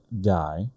die